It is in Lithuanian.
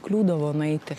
kliūdavo nueiti